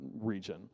region